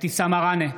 אבתיסאם מראענה,